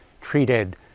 treated